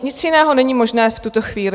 Nic jiného není možné v tuto chvíli.